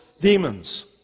demons